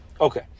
Okay